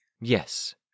Yes